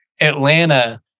Atlanta